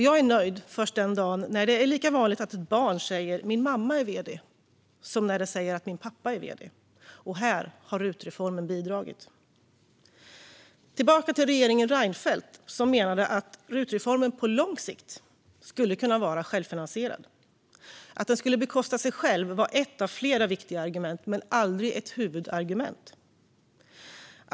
Jag är nöjd först den dagen det är lika vanligt att barn säger "min mamma är vd" som när de säger "min pappa är vd". Och här har RUT-reformen bidragit. Tillbaka till regeringen Reinfeldt, som menade att RUT-reformen på lång sikt skulle kunna vara självfinansierad. Att den skulle bekosta sig själv var ett av flera viktiga argument men aldrig ett huvudargument.